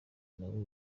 nabo